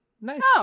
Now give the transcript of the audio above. Nice